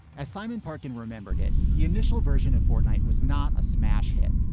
as simon park in remember did, the initial version a fortnight was not a smash hit.